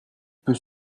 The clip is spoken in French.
peut